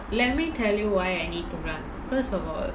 let me tell you why I need to run first of all